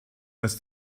dass